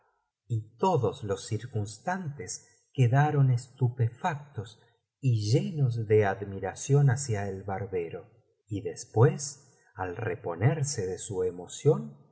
y todos los circunstantes quedaron estupefactos y llenos ele admiración hacia el barbero y después al reponerse de su emoción